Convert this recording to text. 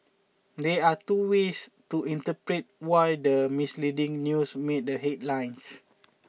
there are two ways to interpret why the misleading news made the headlines